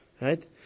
Right